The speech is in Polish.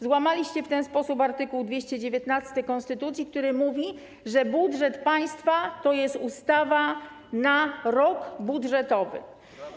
Złamaliście w ten sposób art. 219 konstytucji, który mówi, że budżet państwa to jest ustawa na rok budżetowy.